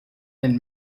and